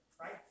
right